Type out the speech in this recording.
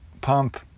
pump